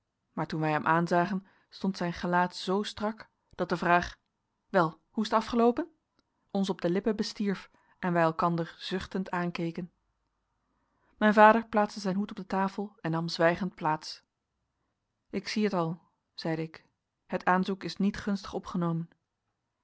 maar toen wij hem aanzagen stond zijn gelaat zoo strak dat de vraag wel hoe is het afgeloopen ons op de lippen bestierf en wij elkander zuchtend aankeken mijn vader plaatste zijn hoed op de tafel en nam zwijgend plaats ik zie het al zeide ik het aanzoek is niet gunstig opgenomen